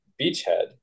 beachhead